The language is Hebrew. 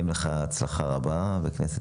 להכניס את